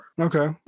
okay